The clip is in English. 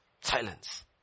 Silence